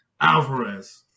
Alvarez